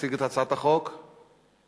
אנחנו עוברים להצעת החוק הבאה: הצעת חוק התקשורת (בזק ושידורים)